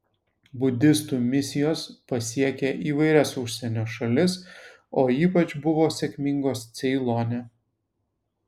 budistų misijos pasiekė įvairias užsienio šalis o ypač buvo sėkmingos ceilone